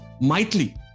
mightily